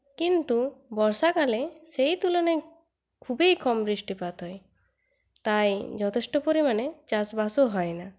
কিন্তু বর্ষাকালে সেই তুলনায় খুবই কম বৃষ্টিপাত হয় তাই যথেষ্ট পরিমাণে চাষবাসও হয় না